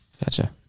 Gotcha